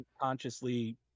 consciously